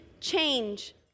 change